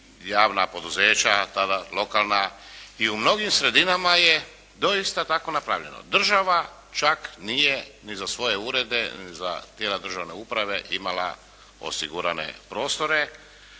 javna poduzeća tada lokalna i u mnogim sredinama je doista tako napravljeno. Država čak nije ni za svoje urede, ni za tijela državne uprave imala osigurane prostore